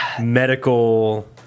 medical